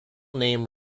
name